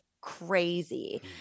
crazy